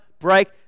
break